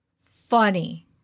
funny